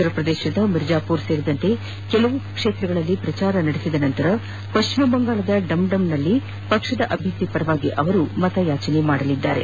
ಉತ್ತರ ಪ್ರದೇಶದ ಮಿರ್ಜಾಪುರ್ ಸೇರಿದಂತೆ ಕೆಲವು ಕ್ವೇತ್ರಗಳಲ್ಲಿ ಪ್ರಚಾರ ನಡೆಸಿದ ನಂತರ ಪಶ್ಚಿಮ ಬಂಗಾಳದ ಡಂ ಡಂ ನಲ್ಲಿಯೂ ಪಕ್ಷದ ಅಭ್ಯರ್ಥಿ ಪರ ಅವರು ಮತಯಾಚಿಸಲಿದ್ದಾರೆ